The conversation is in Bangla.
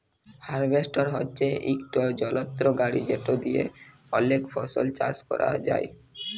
হার্ভেস্টর হছে ইকট যলত্র গাড়ি যেট দিঁয়ে অলেক ফসল চাষ ক্যরা যায়